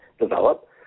develop